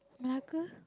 Melaka